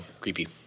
creepy